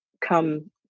come